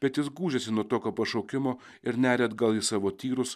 bet jis gūžiasi nuo tokio pašaukimo ir neria atgal į savo tyrus